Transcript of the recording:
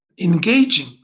engaging